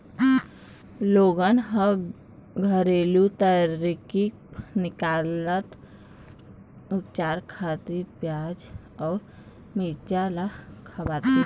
लोगन ह घरेलू तरकीब निकालत उपचार खातिर पियाज अउ मिरचा ल खवाथे